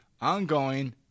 ongoing